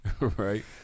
Right